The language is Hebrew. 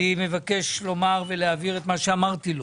אני מבקש לומר ולהבהיר את מה שאמרתי לו: